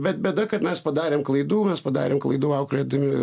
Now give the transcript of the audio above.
bet bėda kad mes padarėm klaidų mes padarėm klaidų auklėdami